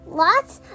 lots